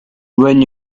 when